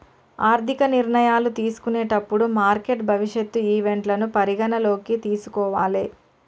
ఆర్థిక నిర్ణయాలు తీసుకునేటప్పుడు మార్కెట్ భవిష్యత్ ఈవెంట్లను పరిగణనలోకి తీసుకోవాలే